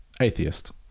Atheist